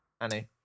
Annie